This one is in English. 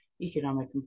economic